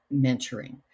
mentoring